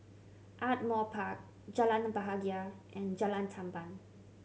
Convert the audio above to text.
Ardmore Park Jalan Bahagia and Jalan Tamban